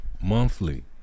monthly